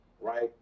right